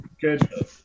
good